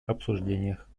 обсуждениях